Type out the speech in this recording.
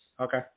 Okay